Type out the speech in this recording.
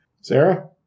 Sarah